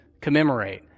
commemorate